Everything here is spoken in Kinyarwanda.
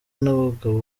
n’abagabo